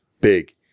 big